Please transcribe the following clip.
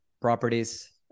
properties